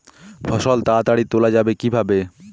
ফসল তাড়াতাড়ি তোলা যাবে কিভাবে?